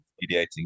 mediating